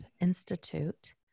Institute